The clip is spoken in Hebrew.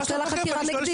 עושה לה חקירה נגדית.